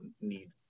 need